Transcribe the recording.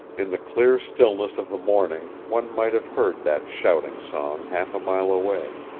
in the clear stillness of the morning one might have heard that shouting song half a mile away.